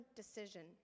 decision